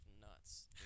nuts